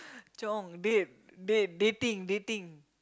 Chong date date dating dating